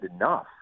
enough